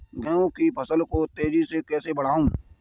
गेहूँ की फसल को तेजी से कैसे बढ़ाऊँ?